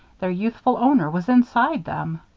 their youthful owner was inside them.